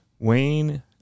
Wayne